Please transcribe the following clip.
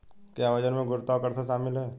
क्या वजन में गुरुत्वाकर्षण शामिल है?